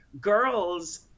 girls